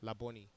laboni